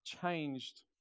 changed